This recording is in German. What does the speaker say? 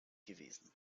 gewesen